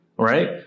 Right